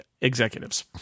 executives